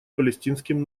палестинским